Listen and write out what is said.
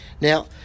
Now